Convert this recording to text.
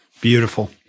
Beautiful